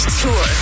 tour